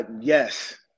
Yes